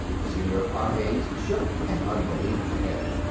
senor pages shook an unbelieving head.